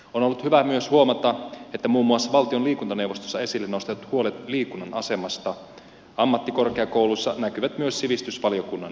on ollut hyvä myös huomata että muun muassa valtion liikuntaneuvostossa esille nostetut huolet liikunnan asemasta ammattikorkeakouluissa näkyvät sivistysvaliokunnan mietinnössä